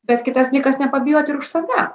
bet kitas dalykas nepabijot ir už save